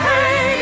Hey